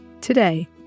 Today